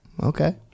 Okay